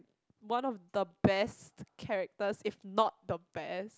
one of the best characters if not the best